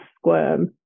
squirm